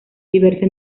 diversa